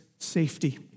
Safety